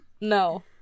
no